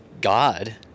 God